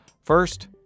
First